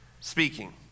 speaking